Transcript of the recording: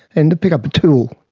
and to pick up a tool,